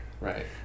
Right